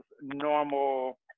normal